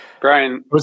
Brian